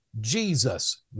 Jesus